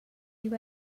you